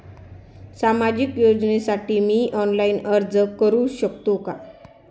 सामाजिक योजनेसाठी मी ऑनलाइन अर्ज करू शकतो का?